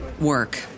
work